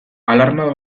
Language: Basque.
alarma